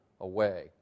away